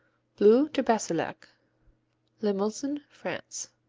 bleu de bassillac limousin, france